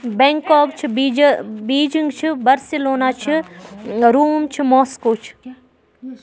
Bangkok چھُ بیٖجہ Beijing چھُ برسٕلونا چھُ روم چھُ موسکو چھُ